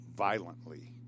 Violently